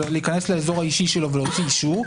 להיכנס לאזור האישי שלו ולהוציא אישור,